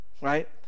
right